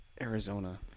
Arizona